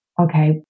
okay